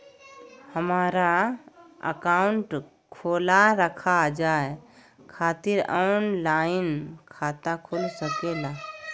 हमारा अकाउंट खोला रखा जाए खातिर ऑनलाइन खाता खुल सके ला?